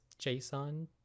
JSON